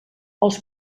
els